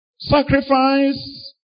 Sacrifice